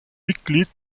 mitglied